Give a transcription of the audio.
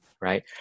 right